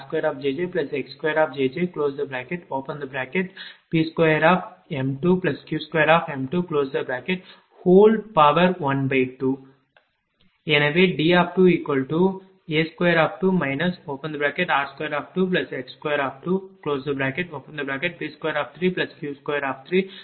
அதன்படி இது DjjA2jj r2jjx2P2m2Q2m212 எனவே D2A22 r22x22P23Q2312 0